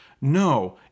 No